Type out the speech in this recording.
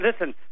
listen